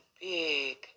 big